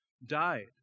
Died